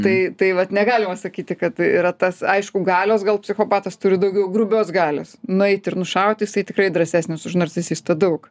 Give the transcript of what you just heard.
tai tai vat negalima sakyti kad yra tas aišku galios gal psichopatas turi daugiau grubios galios nueit ir nušaut jisai tikrai drąsesnis už narcisistą daug